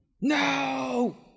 No